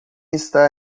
está